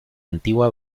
antigua